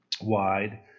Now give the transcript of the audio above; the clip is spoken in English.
wide